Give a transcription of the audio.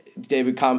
David